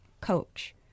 coach